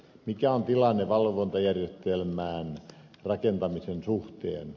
mikä on tilanne valvontajärjestelmän rakentamisen suhteen